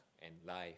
and life